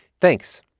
thanks.